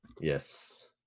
Yes